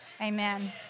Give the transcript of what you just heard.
amen